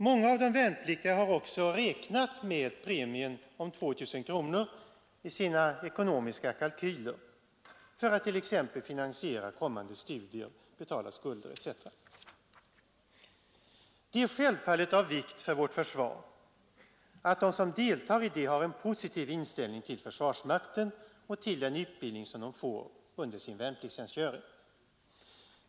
Många av de värnpliktiga har också räknat med premien om 2 000 kronor i sina ekonomiska kalkyler för att t.ex. finansiera kommande studier, betala skulder etc. vikt för vårt försvar att de som deltar i det har en Det är självfallet av positiv inställning till försvarsmakten och till den utbildning som de får under sin värnpliktstjänstgöring.